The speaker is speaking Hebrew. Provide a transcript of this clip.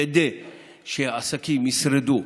כדי שסקים ישרדו,